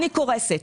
אני קורסת.